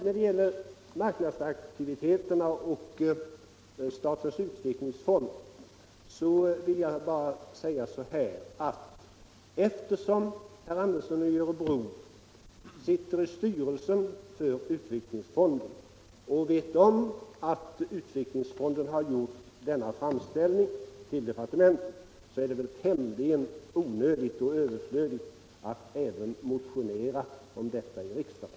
När det gäller marknadsaktiviteterna och statens utvecklingsfond vill jag bara säga: Eftersom herr Andersson i Örebro sitter i styrelsen för utvecklingsfonden och vet om att utvecklingsfonden har gjort denna framställning till departementet är det väl tämligen onödigt att även motionera om detta i riksdagen.